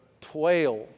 Twelve